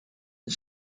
een